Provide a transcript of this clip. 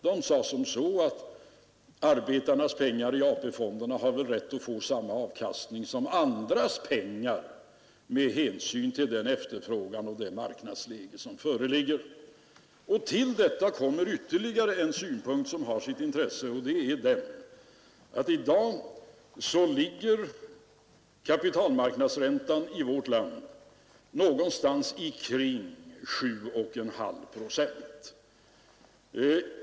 Den sade att man har rätt att få samma avkastning på arbetarnas pengar i AP-fonderna som på andras pengar med hänsyn till den efterfrågan och det marknadsläge som föreligger. Till detta kommer ytterligare en synpunkt som har sitt intresse. I dag ligger kapitalmarknadsräntan i vårt land någonstans omkring 7,5 procent.